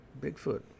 Bigfoot